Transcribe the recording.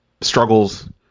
struggles